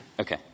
Okay